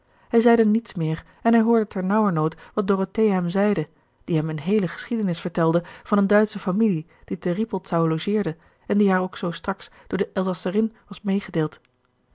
hij zeide niets meer en hij hoorde ter nauwernood wat dorothea hem zeide die hem eene heele geschiedenis vertelde van eene duitsche familie die te rippoldsau logeerde en die haar ook zoo straks door de elzasserin was meegedeeld